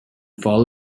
fall